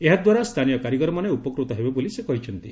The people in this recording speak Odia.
ଏହାଦ୍ୱାରା ସ୍ଥାନୀୟ କାରିଗରମାନେ ଉପକୃତ ହେବେ ବୋଲି ସେ କହିଛନ୍ତି